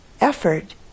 effort